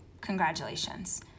Congratulations